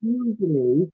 usually